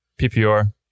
PPR